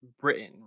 Britain